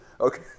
Okay